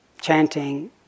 chanting